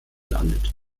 landet